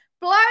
blow